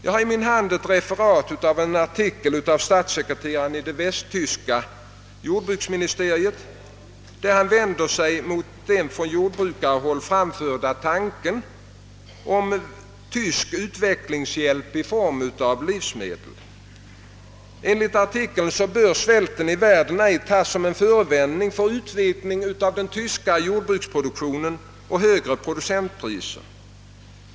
Jag har i min hand ett referat av en artikel av statssekreteraren i det väst tyska jordbruksministeriet, där han vänder sig mot den från jordbrukarhåll framförda tanken om västtysk utvecklingshjälp i form av livsmedelssändningar. Enligt artikeln bör svälten i världen ej tas som en förevändning för en utvidgning av den västtyska jordbruksproduktionen och högre producentpriser.